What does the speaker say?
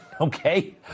okay